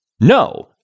No